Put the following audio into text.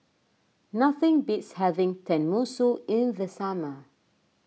nothing beats having Tenmusu in the summer